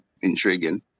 intriguing